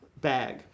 bag